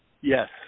yes